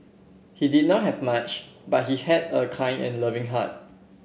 he did not have much but he had a kind and loving heart